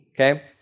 okay